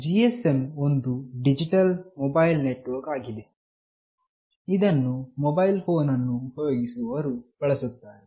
GSM ಒಂದು digital mobile network ಆಗಿದೆ ಇದನ್ನು ಮೊಬೈಲ್ ಫೋನ್ ಅನ್ನು ಉಪಯೋಗಿಸುವವರು ಬಳಸುತ್ತಾರೆ